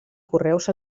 correus